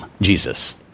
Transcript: Jesus